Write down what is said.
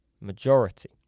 majority